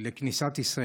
כנסת בעיר